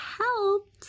helped